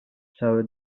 cały